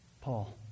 Paul